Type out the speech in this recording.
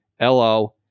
LO